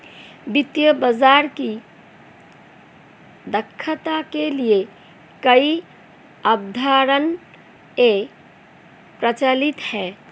वित्तीय बाजार की दक्षता के लिए कई अवधारणाएं प्रचलित है